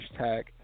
hashtag